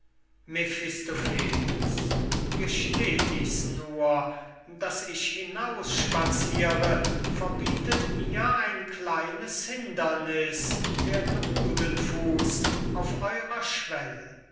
mephistopheles gesteh ichs nur daß ich hinausspaziere verbietet mir ein kleines hinderniß der drudenfuß auf eurer schwelle